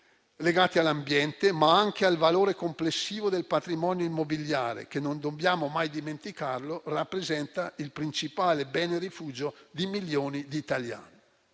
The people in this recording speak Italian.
legati all'ambiente, ma anche al valore complessivo del patrimonio immobiliare che - non dobbiamo mai dimenticarlo - rappresenta il principale bene rifugio di milioni di italiani.